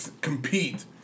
compete